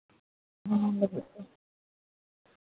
ᱦᱮᱸ ᱟᱨ